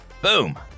Boom